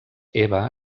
eva